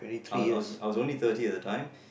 I was only thirty at the time